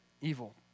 evil